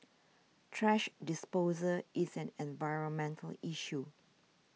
thrash disposal is an environmental issue